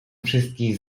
wszystkich